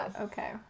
Okay